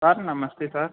sir నమస్తే sir